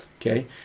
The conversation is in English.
okay